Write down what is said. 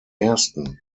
ersten